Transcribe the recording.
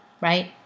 right